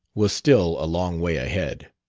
was still a long way ahead.